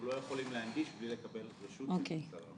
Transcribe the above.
לא יכולים להנגיש בלי לקבל את רשות מוסד הרב קוק.